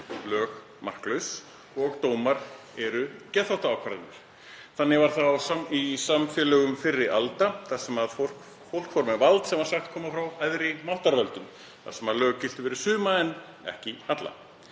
lög marklaus og dómar eru geðþóttaákvarðanir. Þannig var það í samfélögum fyrri alda þar sem fólk fór með vald sem var sagt koma frá æðri máttarvöldum og þar sem lög giltu fyrir suma en ekki alla.